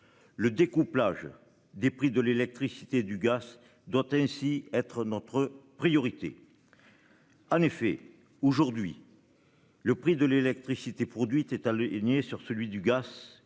Le découplage des prix de l'électricité, du gaz doit ainsi être notre priorité. En effet aujourd'hui.-- Le prix de l'électricité produite est le sur celui du gars conduisant